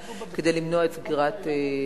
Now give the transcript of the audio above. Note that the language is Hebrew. העניין.